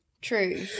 true